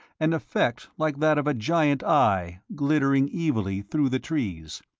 an effect like that of a giant eye glittering evilly through the trees.